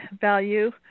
value